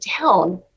down